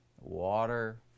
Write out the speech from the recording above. Water